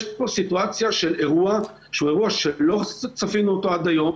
יש פה סיטואציה של אירוע שהוא אירוע שלא צפינו אותו עד היום.